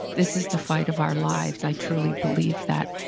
this is the fight of our lives. i truly believe that,